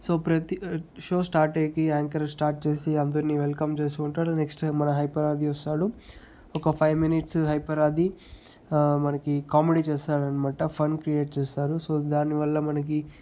so ప్రతి show start అయ్యేకి anchor start చేసి అందరినీ వెల్కమ్ చేస్తూ ఉంటాడు నెక్స్ట్ టైం మన హైపర్ ఆది వస్తాడు ఒక ఫైవ్ మినిట్సు హైపర్ ఆది మనకి కామెడీ చేస్తాడన్నమాట ఫన్ క్రియేట్ చేస్తారు సో దానివల్ల మనకి